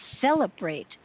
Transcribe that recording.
celebrate